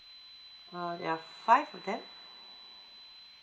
uh there are five of them